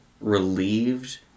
relieved